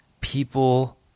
people